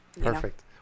Perfect